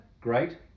great